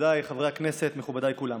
מכובדיי חברי הכנסת, מכובדיי כולם,